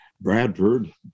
Bradford